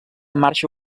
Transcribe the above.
marxa